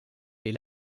les